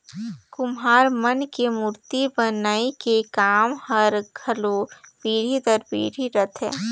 कुम्हार मन के मूरती बनई के काम हर घलो पीढ़ी दर पीढ़ी रहथे